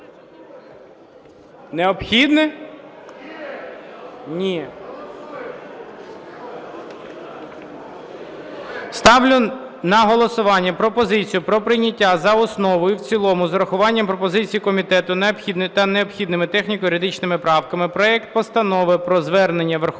Необхідно? Ні. Ставлю на голосування пропозицію про прийняття за основу і в цілому з урахуванням пропозицій комітету та необхідними техніко-юридичними правками проект Постанови про Звернення Верховної Ради